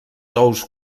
ous